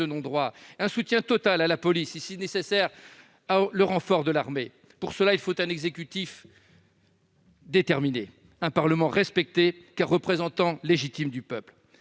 non-droit ; un soutien total à la police et, si nécessaire, le renfort de l'armée. Pour cela, il faut un exécutif déterminé et un Parlement respecté, car représentant légitime du peuple.